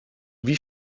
wie